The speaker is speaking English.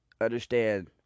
understand